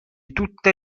tutte